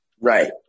Right